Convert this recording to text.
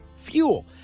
fuel